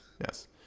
yes